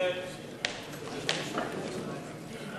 הצעת סיעת מרצ